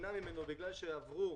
ונמנע ממנו בגלל שעבר התאריך,